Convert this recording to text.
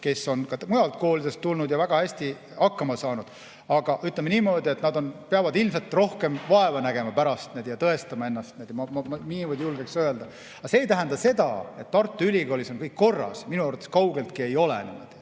kes on mujalt koolidest tulnud ja väga hästi hakkama saanud. Aga ütleme niimoodi, et nad peavad pärast ilmselt rohkem vaeva nägema ja tõestama ennast. Nii ma julgeksin öelda. Aga see ei tähenda seda, et Tartu Ülikoolis on kõik korras. Minu arvates kaugeltki ei ole. Sellest